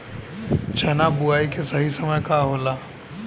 चना बुआई के सही समय का होला?